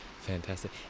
Fantastic